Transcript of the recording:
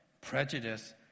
prejudice